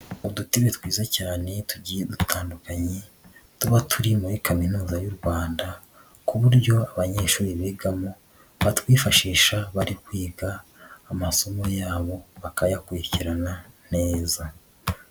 Udutebe twiza cyane tugiye dutandukanye, tuba turi muri kaminuza y'u Rwanda kuburyo abanyeshuri bigamo batwifashisha bari kwiga amasomo yabo bakayakurikirana neza.